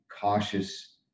cautious